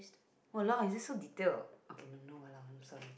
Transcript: !walao! is it so detailed okay no !walao! I'm sorry